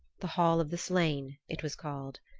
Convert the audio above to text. the hall of the slain, it was called.